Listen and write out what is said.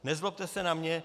Nezlobte se na mne.